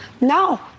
No